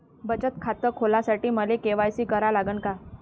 बचत खात खोलासाठी मले के.वाय.सी करा लागन का?